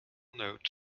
note